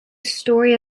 story